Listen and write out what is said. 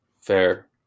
Fair